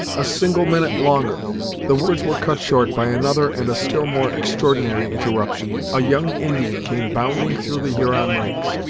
a single minute longer the words were cut short, by another and a still more extraordinary interruption. a young indian came bounding through the huron ranks,